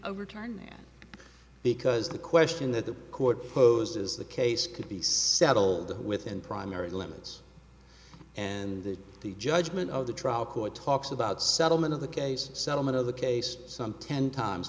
overturn it because the question that the court posed is the case could be settled within primary limits and that the judgment of the trial court talks about settlement of the case settlement of the case some ten times